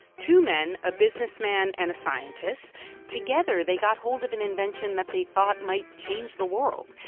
two men a businessman and a scientist together, they got hold of an invention that they thought might change the world.